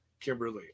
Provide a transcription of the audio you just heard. Kimberly